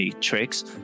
tricks